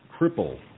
cripple